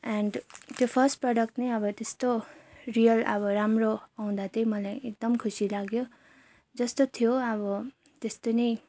and त्यो first product नै अब त्यस्तो रियल आब राम्रो आउँदा चाहिँ मलाई एकदम खुसी लाग्यो जस्तो थियो आब तेस्तै नै